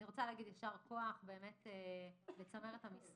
אני רוצה לומר יישר כוח לצמרת המשרד,